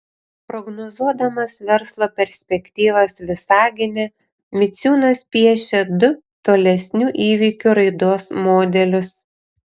prognozuodamas verslo perspektyvas visagine miciūnas piešia du tolesnių įvykių raidos modelius